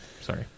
sorry